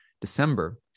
December